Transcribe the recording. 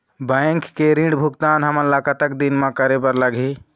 Bank के ऋण भुगतान हमन ला कतक दिन म करे बर लगही?